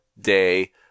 day